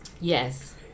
Yes